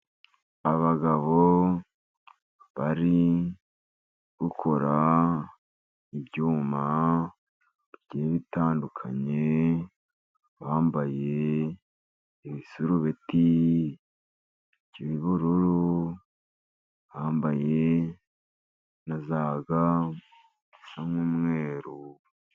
Abagabo bari gukora ibyuma bigiye bitandukanye, bambaye ibisurubeti byubururu, Bambie na za ga z'umweru.